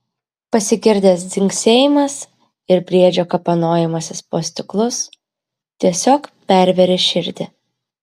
pasigirdęs dzingsėjimas ir briedžio kapanojimasis po stiklus tiesiog pervėrė širdį